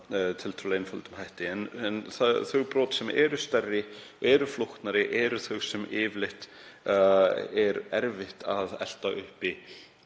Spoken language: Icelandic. tiltölulega einföldum hætti. En þau brot sem eru stærri og flóknari eru þau sem yfirleitt er erfitt að elta uppi